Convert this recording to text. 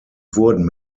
wurden